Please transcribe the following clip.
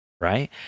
Right